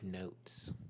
notes